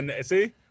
See